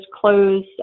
close